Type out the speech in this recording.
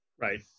Right